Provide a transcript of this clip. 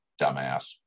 dumbass